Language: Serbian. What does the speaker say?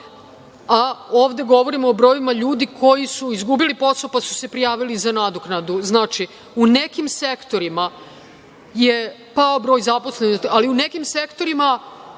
a ovde govorimo o brojevima ljudi koji su izgubili posao, pa su se prijavili za nadoknadu. Znači, u nekim sektorima je pao broj zaposlenosti, ali u nekim sektorima